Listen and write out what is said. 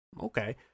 okay